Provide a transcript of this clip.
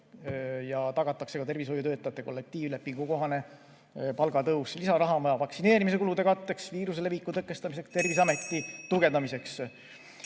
ja tagatakse ka tervishoiutöötajatele kollektiivlepingukohane palgatõus. Lisaraha on vaja vaktsineerimise kulude katteks, viiruse leviku tõkestamiseks, Terviseameti tugevdamiseks.